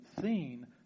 seen